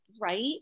Right